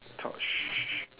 talk